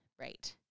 Right